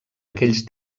aquells